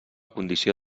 condició